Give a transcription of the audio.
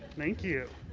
thank you.